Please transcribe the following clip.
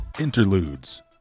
Interludes